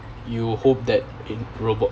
you hope that in robot